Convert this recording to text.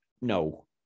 no